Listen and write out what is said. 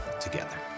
together